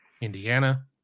Indiana